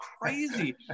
crazy